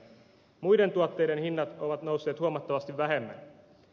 muiden tuotteiden hinnat ovat nousseet huomattavasti vähemmän